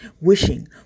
wishing